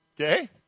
Okay